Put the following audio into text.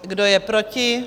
Kdo je proti?